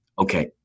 Okay